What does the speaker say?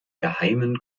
geheimen